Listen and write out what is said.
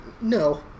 no